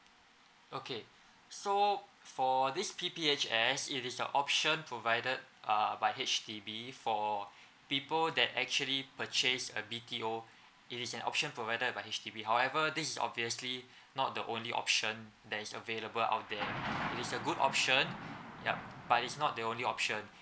okay so for this P_P_H_S it is a option provided uh by H_D_B for people that actually purchase a B_T_O it is an option provided by H_D_B however this is obviously not the only option that is available out there it is a good option yup but it's not the only option